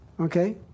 okay